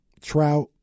Trout